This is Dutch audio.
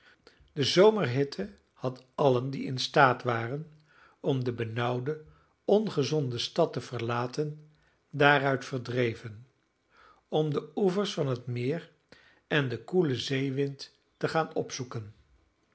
de zomerhitte had allen die in staat waren om de benauwde ongezonde stad te verlaten daaruit verdreven om de oevers van het meer en den koelen zeewind te gaan opzoeken